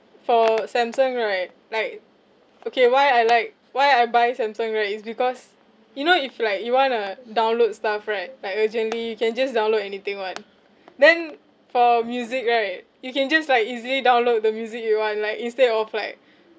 for samsung right like okay why I like why I buy samsung right it's because you know if like you want to download stuff right like urgently you can just download anything [one] then for music right you can just like easily download the music you want like instead of like